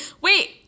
wait